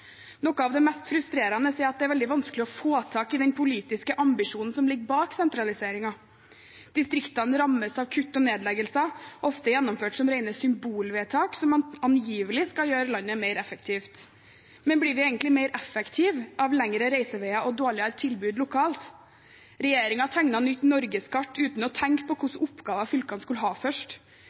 Noe av det mest frustrerende er at det er veldig vanskelig å få tak i den politiske ambisjonen som ligger bak sentraliseringen. Distriktene rammes av kutt og nedleggelser, ofte gjennomført som rene symbolvedtak som angivelig skal gjøre landet mer effektivt. Men blir vi egentlig mer effektive av lengre reiseveier og dårligere tilbud lokalt? Regjeringen tegnet nytt norgeskart uten først å tenke på hva slags oppgaver fylkene skulle ha.